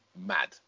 mad